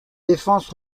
défense